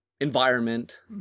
environment